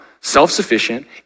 self-sufficient